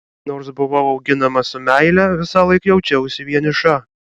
nors buvau auginama su meile visąlaik jaučiausi vieniša